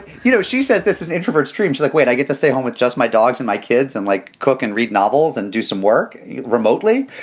you know, she says this is introverts dreams like, wait, i get to stay home with just my dogs and my kids and like cook and read novels and do some work remotely.